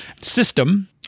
System